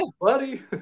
buddy